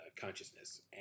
consciousness